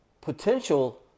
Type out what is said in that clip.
potential